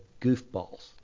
goofballs